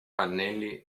pannelli